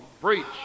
preach